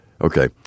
Okay